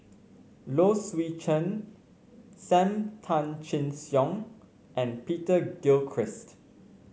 Low Swee Chen Sam Tan Chin Siong and Peter Gilchrist